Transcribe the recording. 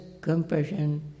compassion